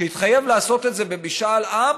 שהתחייב לעשות את זה במשאל עם,